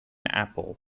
apple